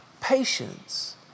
Patience